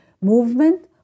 Movement